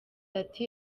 ati